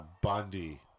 Bundy